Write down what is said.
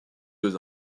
deux